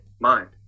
mind